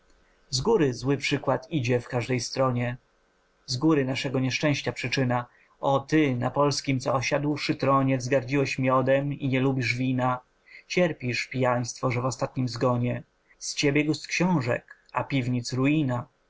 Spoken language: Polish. złoty z góry zły przykład idzie w każdej stronie z góry naszego nieszczęścia przyczyna o ty na polskim co osiadłszy tronie wzgardziłeś miodem i nie lubisz wina cierpisz pijaństwo że w ostatnim zgonie z ciebie gust xiążek a piwnic ruina